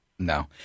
No